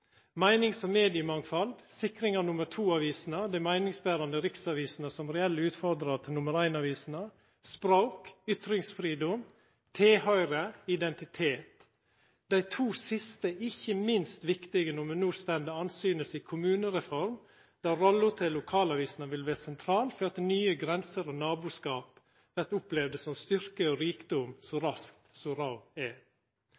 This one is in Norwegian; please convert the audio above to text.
meinings- og mediemangfald, sikring av nr. 2-avisene, dei meiningsberande riksavisene som reelle utfordrarar til nr. 1-avisene, språk, ytringsfridom, tilhøyre, identitet. Dei to siste er ikkje minst viktige når me no står andsynes ei kommunereform der rolla til lokalavisene vil vera sentral for at nye grenser og naboskap vert opplevde som styrke og rikdom så raskt som råd er.